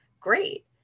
great